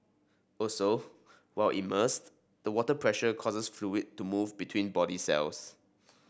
also while immersed the water pressure causes fluid to move between body cells